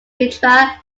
mitra